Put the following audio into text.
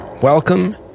Welcome